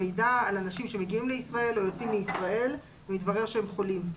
מידע על אנשים שמגיעים לישראל או יוצאים מישראל ומתברר שהם חולים.